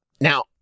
Now